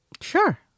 Sure